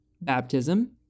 Baptism